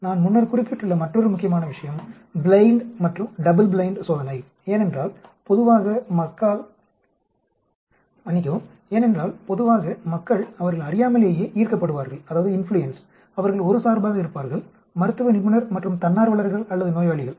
நான் முன்னர் குறிப்பிட்டுள்ள மற்றொரு முக்கியமான விஷயம் ப்ளைன்ட் மற்றும் டபுள் ப்ளைன்ட் சோதனை ஏனென்றால் பொதுவாக மக்கள் அவர்கள் அறியாமலேயே ஈர்க்கப்படுவார்கள் அவர்கள் ஒரு சார்பாக இருப்பார்கள் மருத்துவ நிபுணர் மற்றும் தன்னார்வலர்கள் அல்லது நோயாளிகள்